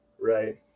right